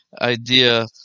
idea